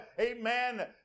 Amen